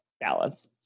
balance